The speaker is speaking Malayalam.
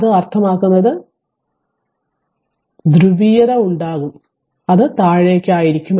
അങ്ങനെ അർത്ഥമാക്കുന്നത് ധ്രുവീയത ഉണ്ടാക്കും അത് താഴേക്ക് ആയിരിക്കും